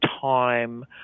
time